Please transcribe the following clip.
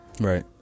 Right